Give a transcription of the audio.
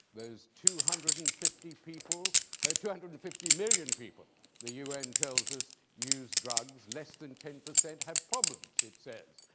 those two hundred and fifty people ah two hundred and fifty million people the un tells us use drugs. less than ten percent have problems, it says.